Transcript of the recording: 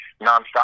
nonstop